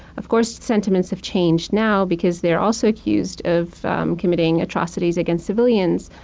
of course, sentiments have changed now because they're also accused of committing atrocities against civilians.